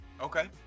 Okay